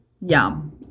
yum